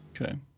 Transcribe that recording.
Okay